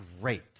great